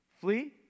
flee